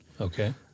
Okay